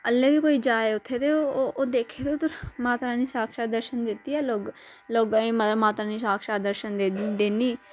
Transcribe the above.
अल्ले बी कोई जाये उ'त्थें ते ओह् देखे उद्धर माता रानी साक्षात दर्शन देती हे लोगों ई माता रानी साक्षात दर्शन दिन्दी